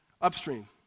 Upstream